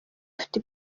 ufite